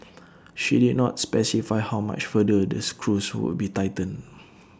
she did not specify how much further the screws would be tightened